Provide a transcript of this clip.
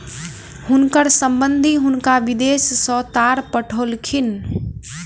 हुनकर संबंधि हुनका विदेश सॅ तार पठौलखिन